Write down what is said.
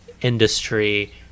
industry